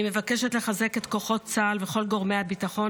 אני מבקשת לחזק את כוחות צה"ל וכל גורמי הביטחון